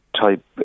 Type